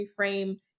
reframe